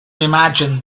imagine